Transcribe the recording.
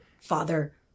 father